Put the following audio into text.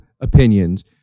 opinions